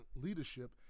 leadership